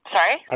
Sorry